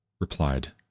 replied